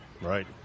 right